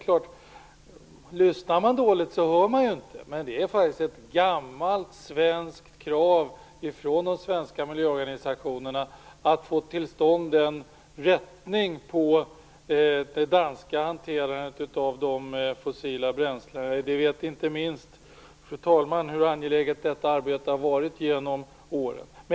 Ja, lyssnar man dåligt hör man ju inte, men det är faktiskt ett gammalt krav från de svenska miljöorganisationerna att få till stånd en korrigering av den danska hanteringen av de fossila bränslena. Vi vet inte minst, fru talman, hur angeläget detta arbete har varit genom åren.